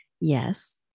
Yes